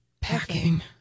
packing